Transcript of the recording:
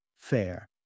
Fair